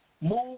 move